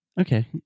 Okay